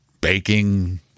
baking